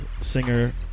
singer